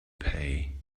pay